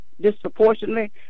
disproportionately